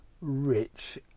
rich